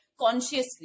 consciously